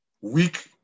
weak